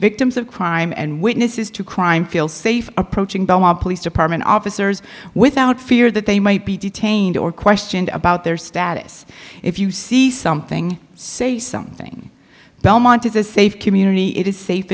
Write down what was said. victims of crime and witnesses to crime feel safe approaching police department officers without fear that they might be detained or questioned about their status if you see something say something belmont is a safe community it is safe